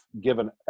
given